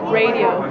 radio